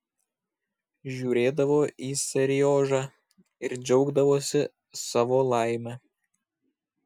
žiūrėdavo į seriožą ir džiaugdavosi savo laime